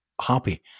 happy